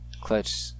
clutch